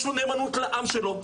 יש לו נאמנות לעם שלו,